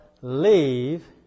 leave